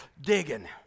digging